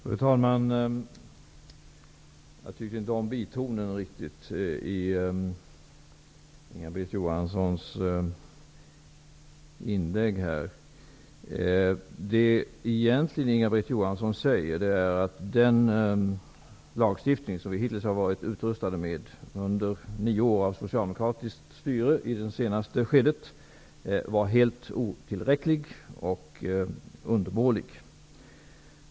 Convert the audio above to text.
Fru talman! Jag tycker inte riktigt om bitonen i Johansson egentligen säger är att den lagstiftning som vi hittills har varit utrustade med under nio år av socialdemokratiskt styre i det senaste skedet var helt otillräcklig och undermålig.